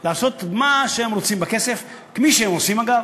לעשות מה שהן רוצות עם הכסף, כפי שהן עושות, אגב,